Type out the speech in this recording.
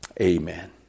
amen